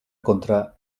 contra